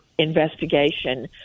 investigation